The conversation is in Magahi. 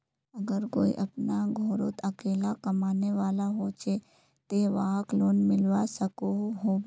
अगर कोई अपना घोरोत अकेला कमाने वाला होचे ते वाहक लोन मिलवा सकोहो होबे?